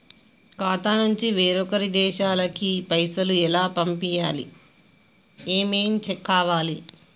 ఖాతా నుంచి వేరొక దేశానికి పైసలు ఎలా పంపియ్యాలి? ఏమేం కావాలి?